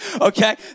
okay